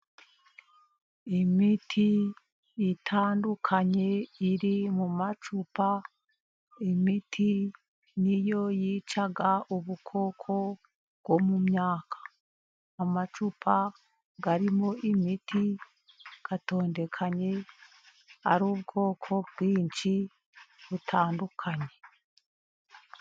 Imiti itandukanye iri mu macupa. Imiti ni yo yicaga ubukoko bwo mu myaka. Amacupa arimo imiti atondekanye ari ubwoko bwinshi butandukanye.